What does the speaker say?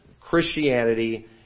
Christianity